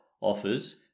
offers